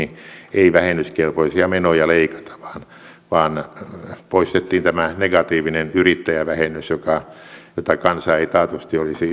ei vähennyskelpoisia menoja leikata vaan vaan poistettiin tämä negatiivinen yrittäjävähennys jota kansa ei taatusti olisi